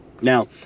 Now